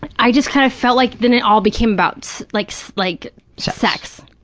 i just kind of felt like then it all became about like so like so sex